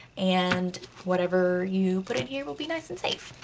and whatever you put in here will be nice and safe!